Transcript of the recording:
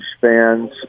fans